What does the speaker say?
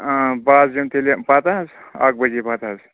آ بہٕ حظ یِمہٕ تیٚلہِ پَتہٕ حظ اَکھ بَجے پَتہٕ حظ